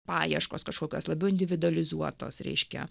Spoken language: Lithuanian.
paieškos kažkokios labiau individualizuotos reiškia